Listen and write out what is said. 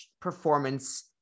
performance